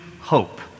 hope